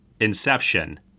Inception